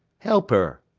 help her.